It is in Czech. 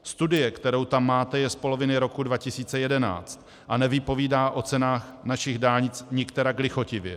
Studie, kterou tam máte, je z poloviny roku 2011 a nevypovídá o cenách našich dálnic nikterak lichotivě.